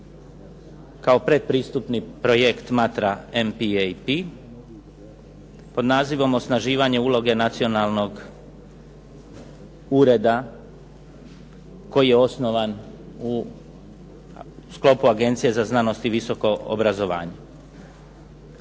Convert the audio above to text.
kao predpristupni projekt Matra MPAP, pod nazivom osnaživanje uloge nacionalnog ureda koji je osnovan u sklopu Agencije za znanost i visoko obrazovanje.